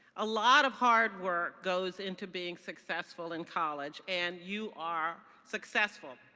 a lot of hard work goes into being successful in college and you are successful.